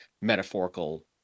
metaphorical